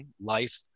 Life